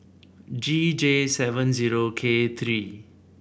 G J seven zero K three